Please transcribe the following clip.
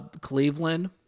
Cleveland